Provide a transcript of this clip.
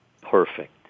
perfect